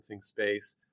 space